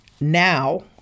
now